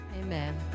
Amen